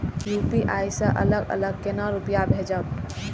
UPI से अलग अलग केना रुपया भेजब